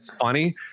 funny